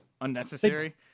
unnecessary